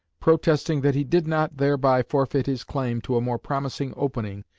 protesting that he did not thereby forfeit his claim to a more promising opening,